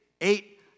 eight